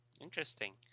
interesting